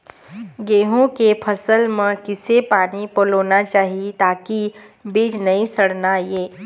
गेहूं के फसल म किसे पानी पलोना चाही ताकि बीज नई सड़ना ये?